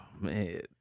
man